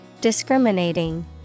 Discriminating